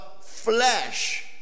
flesh